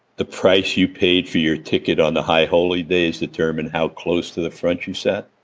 the price you paid for your ticket on the high holy days determine how close to the front you sat.